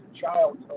child